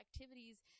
activities